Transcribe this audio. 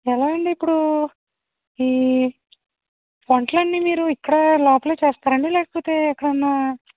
ఎలా అండి ఇప్పుడూ ఈ వంటలన్ని మీరు ఇక్కడ లోపలే చేస్తారండి లేకపోతే ఎక్కడన్నా